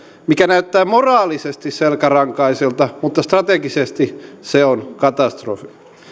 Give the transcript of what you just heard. mikä näyttää moraalisesti selkärankaiselta mutta strategisesti se on katastrofi